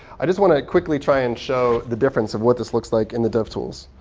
i just want to quickly try and show the difference of what this looks like in the devtools.